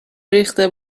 ریخته